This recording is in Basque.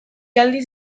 aldiz